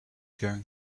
going